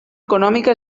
econòmica